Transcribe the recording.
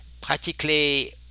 practically